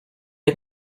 est